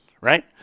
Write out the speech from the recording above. right